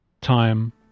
time